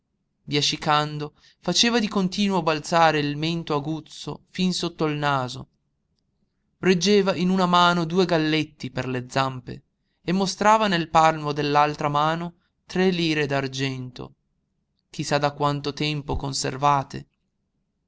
biasciando faceva di continuo balzare il mento aguzzo fin sotto il naso reggeva in una mano due galletti per le zampe e mostrava nel palmo dell'altra mano tre lire d'argento chi sa da quanto tempo conservate